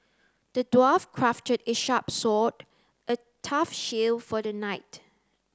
the dwarf crafted a sharp sword a tough shield for the knight